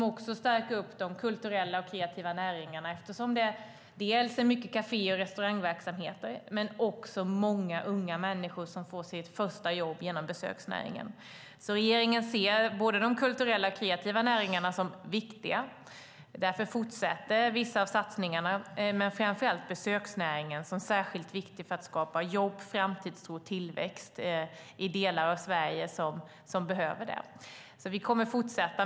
Det stärker också de kulturella och kreativa näringarna, eftersom det är mycket kafé och restaurangverksamheter och många unga människor som får sitt första jobb genom besöksnäringen. Regeringen ser de kulturella och kreativa näringarna som viktiga. Därför fortsätter vissa av satsningarna. Framför allt ser man besöksnäringen som särskilt viktig för att skapa jobb, framtidstro och tillväxt i delar av Sverige som behöver det. Vi kommer alltså att fortsätta.